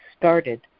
started